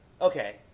Okay